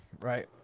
right